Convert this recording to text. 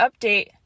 update